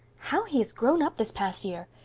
how he has grown up this past year!